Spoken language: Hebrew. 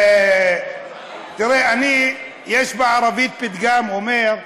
תראה, יש בערבית פתגם שאומר: